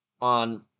on